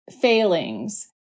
failings